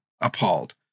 appalled